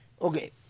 Okay